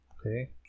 okay